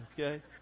okay